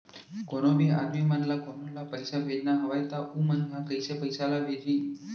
कोन्हों भी आदमी मन ला कोनो ला पइसा भेजना हवय त उ मन ह कइसे पइसा ला भेजही?